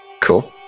Cool